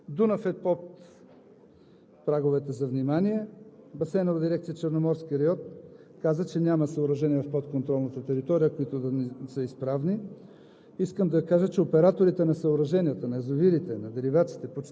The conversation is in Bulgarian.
Неслучайно са направени и видяхме как добре работят. Дунав е под праговете за внимание. Басейнова дирекция „Черноморски район“ каза, че няма съоръжения под контролната територия, които да не са изправни.